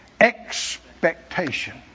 expectation